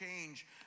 change